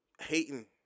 Hating